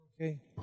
Okay